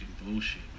bullshit